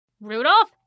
Rudolph